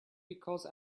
because